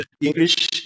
English